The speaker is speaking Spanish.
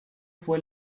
fue